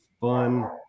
fun